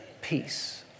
Peace